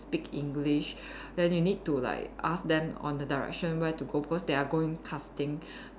speak English then you need to like ask them on the direction where to go first they are going casting